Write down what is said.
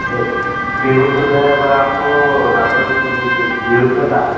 বিহুত বোলে এইবাৰ আকৌ ডাঙৰ বিহুত বোলে ডাঙৰ